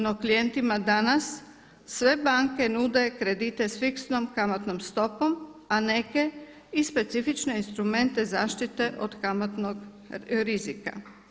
No klijentima danas sve banke nude kredite s fiksnom kamatnom stopom, a neke i specifične instrumente zaštite od kamatnog rizika.